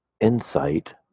insight